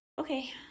Okay